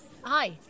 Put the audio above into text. Hi